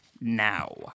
now